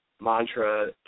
mantra